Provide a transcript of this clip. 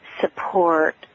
support